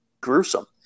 gruesome